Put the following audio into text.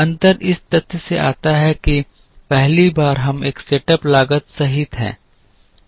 अंतर इस तथ्य से आता है कि पहली बार हम एक सेटअप लागत सहित हैं